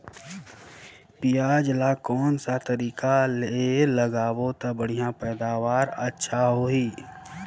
पियाज ला कोन सा तरीका ले लगाबो ता बढ़िया पैदावार अच्छा होही?